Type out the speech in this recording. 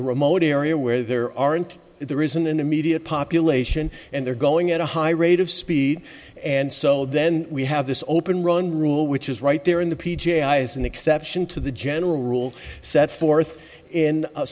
a remote area where there aren't there isn't an immediate population and they're going at a high rate of speed and so then we have this open run rule which is right there in the p j eyes an exception to the general rule set forth in a